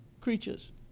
creatures